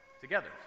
together